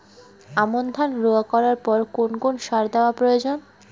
আমন ধান রোয়া করার পর কোন কোন সার দেওয়া প্রয়োজন?